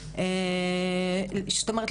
זאת אומרת,